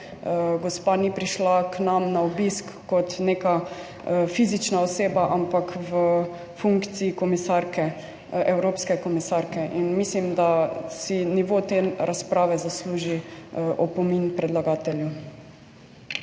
gospa ni prišla k nam na obisk kot neka fizična oseba, ampak v funkciji komisarke, evropske komisarke in mislim, da si nivo te razprave zasluži opomin predlagatelju.